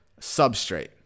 substrate